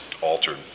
altered